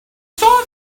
saw